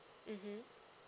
mmhmm